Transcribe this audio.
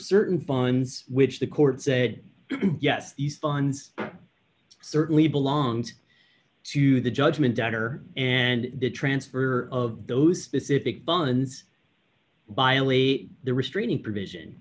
certain buns which the court said yes these funds certainly belonged to the judgment debtor and the transfer of those specific buns by a lease the restraining provision